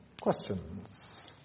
Questions